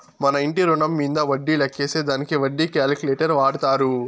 మన ఇంటి రుణం మీంద వడ్డీ లెక్కేసే దానికి వడ్డీ క్యాలిక్యులేటర్ వాడతారు